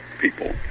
people